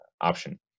option